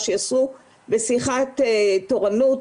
שיהיה נגיש ופתוח לכולם ויש המון פניות.